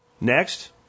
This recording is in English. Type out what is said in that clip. Next